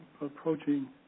approaching